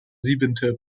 siebente